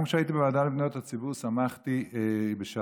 גם כשהייתי בוועדה לפניות הציבור שמחתי בשעתו,